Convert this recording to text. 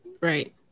Right